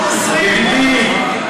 ידידי,